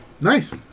Nice